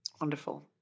Wonderful